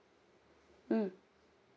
mm